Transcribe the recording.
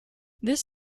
this